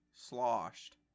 sloshed